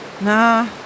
Nah